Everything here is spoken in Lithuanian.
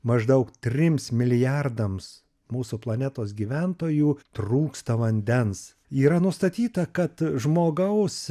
maždaug trims milijardams mūsų planetos gyventojų trūksta vandens yra nustatyta kad žmogaus